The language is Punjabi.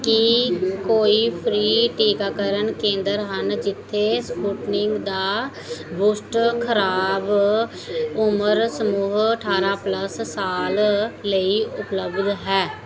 ਕੀ ਕੋਈ ਫ੍ਰੀ ਟੀਕਾਕਰਨ ਕੇਂਦਰ ਹਨ ਜਿੱਥੇ ਸਪੁਟਨਿੰਗ ਦਾ ਬੂਸਟਰ ਖੁਰਾਕ ਉਮਰ ਸਮੂਹ ਅਠਾਰਾਂ ਪਲੱਸ ਸਾਲ ਲਈ ਉਪਲੱਬਧ ਹੈ